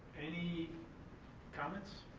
any comments?